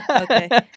Okay